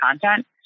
content